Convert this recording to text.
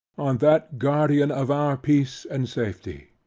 on that guardian of our peace and safety.